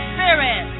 Spirit